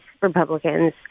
Republicans